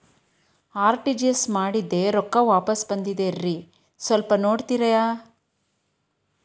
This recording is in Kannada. ಆರ್.ಟಿ.ಜಿ.ಎಸ್ ಮಾಡಿದ್ದೆ ರೊಕ್ಕ ವಾಪಸ್ ಬಂದದ್ರಿ ಸ್ವಲ್ಪ ನೋಡ್ತೇರ?